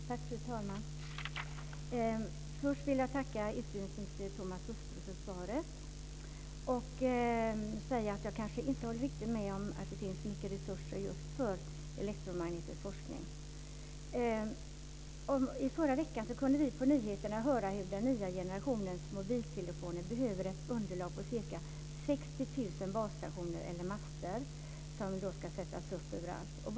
Fru talman! Först vill jag tacka utbildningsminister Thomas Östros för svaret. Jag vill säga att jag kanske inte riktigt håller med om att det finns mycket resurser för elektromagnetisk forskning. I förra veckan kunde vi höra på nyheterna att den nya generationens mobiltelefoner behöver ett underlag på ca 60 000 basstationer eller master som ska sättas upp överallt.